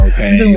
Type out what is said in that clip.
Okay